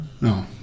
No